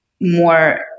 more